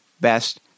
best